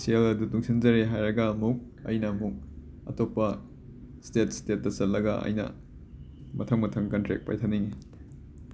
ꯁꯦꯜ ꯑꯗꯨ ꯇꯨꯡꯁꯤꯟꯖꯔꯦ ꯍꯥꯏꯔꯒ ꯑꯃꯨꯛ ꯑꯩꯅ ꯑꯃꯨꯛ ꯑꯇꯣꯞꯄ ꯁ꯭ꯇꯦꯠ ꯁ꯭ꯇꯦꯠꯇ ꯆꯠꯂꯒ ꯑꯩꯅ ꯃꯊꯪ ꯃꯊꯪ ꯀꯟꯇ꯭ꯔꯦꯛ ꯄꯥꯏꯊꯅꯤꯡꯉꯤ